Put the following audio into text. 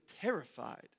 terrified